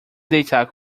deitar